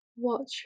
Watch